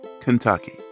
Kentucky